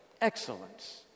excellence